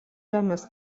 žemės